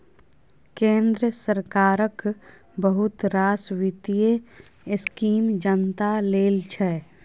केंद्र सरकारक बहुत रास बित्तीय स्कीम जनता लेल छै